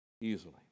easily